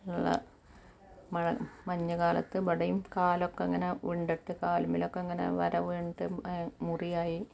മഴ മഞ്ഞു കാലത്ത് ഇവിടെയും കാലൊക്കെ ഇങ്ങനെ വിണ്ടിട്ട് കാലിന്മേൽ ഒക്കെ ഇങ്ങനെ വര വീണിട്ട് മുറിയായി